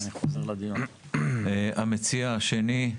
המציע השני,